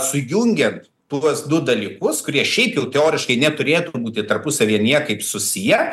sujungiant tuos du dalykus kurie šiaip jau teoriškai neturėtų būti tarpusavyje niekaip susiję